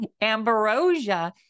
ambrosia